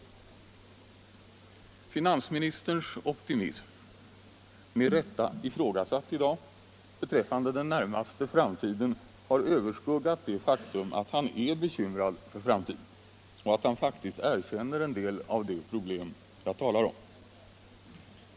Finansministerns optimism — med rätta ifrågasatt i dag — beträffande den närmaste framtiden har överskuggat det faktum att han är bekymrad för framtiden och att han faktiskt erkänner en del av de problem som jag talar om.